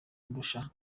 andusha